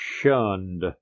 shunned